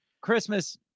Christmas